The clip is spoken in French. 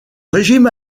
régime